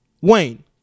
Wayne